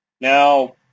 Now